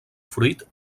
fruit